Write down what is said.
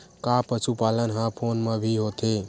का पशुपालन ह फोन म भी होथे?